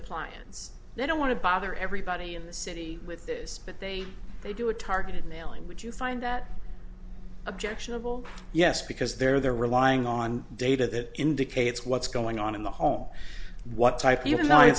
appliance they don't want to bother everybody in the city with this but they they do a targeted mailing would you find that objectionable yes because they're relying on data that indicates what's going on in the home what type